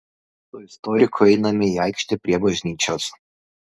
su istoriku einame į aikštę prie bažnyčios